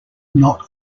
not